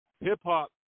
hip-hop